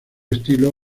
estilo